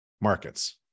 markets